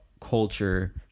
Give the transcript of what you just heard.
culture